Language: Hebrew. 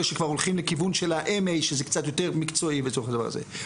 שכבר הולכים לכיוון של ה- M.A שזה קצת יותר מקצועי לצורך הדבר הזה.